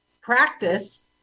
practice